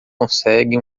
consegue